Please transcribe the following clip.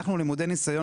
אנחנו למודים ניסיון,